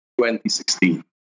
2016